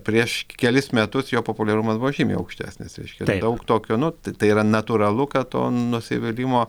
prieš kelis metus jo populiarumas buvo žymiai aukštesnis reiškia daug tokio nu tai yra natūralu kad to nusivylimo